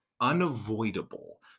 unavoidable